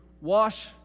wash